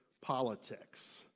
politics